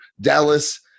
Dallas